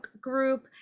group